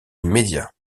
immédiat